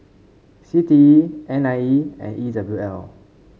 C T E N I E and E W L